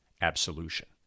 absolution